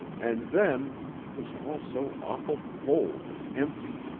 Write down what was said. and then it was all so awful cold and empty.